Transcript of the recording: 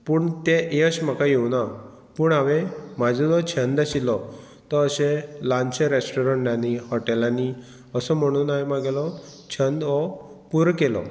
पूण तें यश म्हाका येवना पूण हांवें म्हाजो जो छंद आशिल्लो तो अशें ल्हानशें रेस्टोरंटांनी हॉटेलांनी असो म्हणून हांवें म्हागेलो छंद हो पुरो केलो